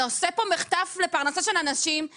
אתה עושה פה מחטף לפרנסה של אנשים,